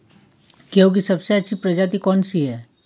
गेहूँ की सबसे अच्छी प्रजाति कौन सी है?